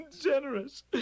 generous